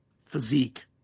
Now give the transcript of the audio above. physique